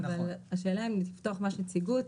אבל השאלה עם לפתוח ממש נציגות,